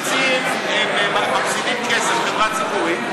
ב"צים" הם מחזירים כסף לחברה ציבורית,